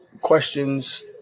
questions